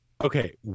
Okay